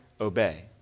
obey